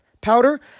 powder